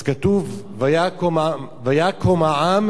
אז כתוב: ויקום העם